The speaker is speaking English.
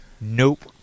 Nope